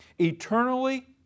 eternally